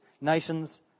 nations